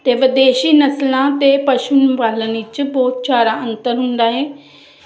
ਅਤੇ ਵਿਦੇਸ਼ੀ ਨਸਲਾਂ ਅਤੇ ਪਸ਼ੂ ਪਾਲਣ ਵਿੱਚ ਬਹੁਤ ਸਾਰਾ ਅੰਤਰ ਹੁੰਦਾ ਏ